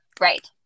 Right